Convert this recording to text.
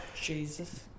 Jesus